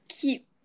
keep